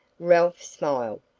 ralph smiled.